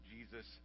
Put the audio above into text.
Jesus